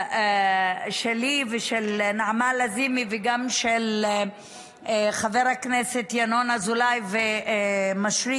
שלי ושל נעמה לזימי וגם של חבר הכנסת ינון אזולאי ומישרקי,